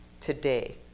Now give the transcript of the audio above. today